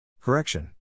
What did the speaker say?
Correction